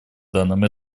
данном